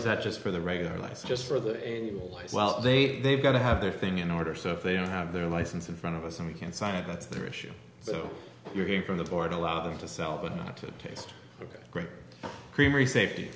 is that just for the regular life just for the well today they've got to have their thing in order so if they don't have their license in front of us and we can sign it that's their issue so you're going from the board allow them to sell but not to taste great creamery safety